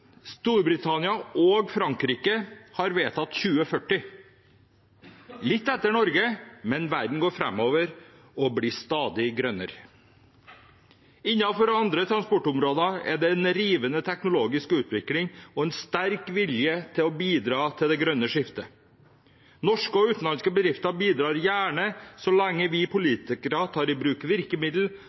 Storbritannia og Frankrike har vedtatt 2040. Litt etter Norge, men verden går framover og blir stadig grønnere. Innenfor andre transportområder er det en rivende teknologisk utvikling og en sterk vilje til å bidra til det grønne skiftet. Norske og utenlandske bedrifter bidrar gjerne så lenge vi politikere tar i bruk virkemiddel